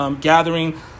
gathering